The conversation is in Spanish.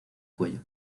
cuello